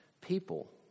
people